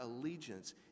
allegiance